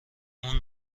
اون